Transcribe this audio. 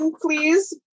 please